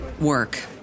Work